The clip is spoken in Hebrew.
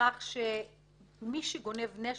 ולכך שמי שגונב נשק,